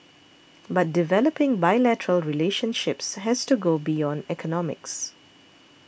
but developing bilateral relationships has to go beyond economics